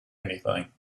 anything